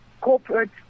Corporate